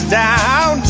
down